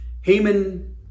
Haman